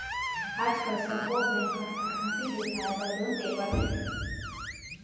आजकाल सब्बो बेंक ह फटफटी बिसाए बर लोन देवत हे